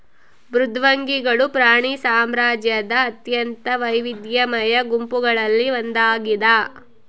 ಮೃದ್ವಂಗಿಗಳು ಪ್ರಾಣಿ ಸಾಮ್ರಾಜ್ಯದ ಅತ್ಯಂತ ವೈವಿಧ್ಯಮಯ ಗುಂಪುಗಳಲ್ಲಿ ಒಂದಾಗಿದ